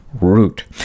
root